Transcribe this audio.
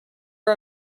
are